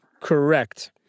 Correct